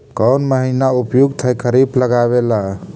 कौन महीना उपयुकत है खरिफ लगावे ला?